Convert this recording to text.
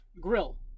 grill